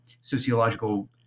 sociological